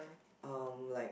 um like